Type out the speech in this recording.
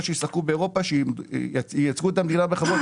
שישחקו באירופה שייצגו את המדינה בכבוד,